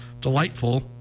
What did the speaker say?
delightful